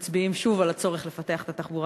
שמצביעים שוב על הצורך לפתח את התחבורה